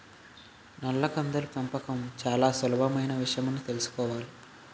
నల్ల కందుల పెంపకం చాలా సులభమైన విషయమని తెలుసుకోవాలి